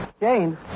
Jane